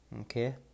okay